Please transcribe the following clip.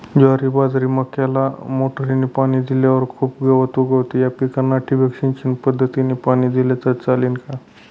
ज्वारी, बाजरी, मक्याला मोटरीने पाणी दिल्यावर खूप गवत उगवते, या पिकांना ठिबक सिंचन पद्धतीने पाणी दिले तर चालेल का?